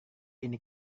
ini